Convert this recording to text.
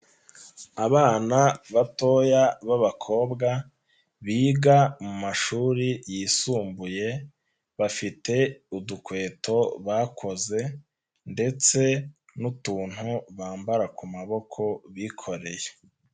Abana batoya b'abakobwa, biga mu mashuri yisumbuye, bafite udukweto bakoze ndetse n'utuntu bambara ku maboko bikoreye.